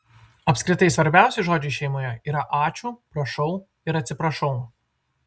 apskritai svarbiausi žodžiai šeimoje yra ačiū prašau ir atsiprašau